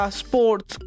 sports